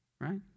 right